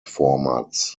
formats